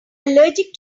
allergic